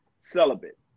celibate